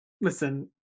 listen